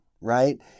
right